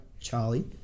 Charlie